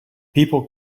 people